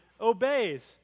obeys